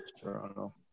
Toronto